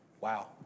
Wow